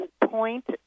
point